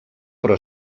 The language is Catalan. però